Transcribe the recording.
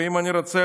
ואם אני רוצה,